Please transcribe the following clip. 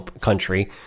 country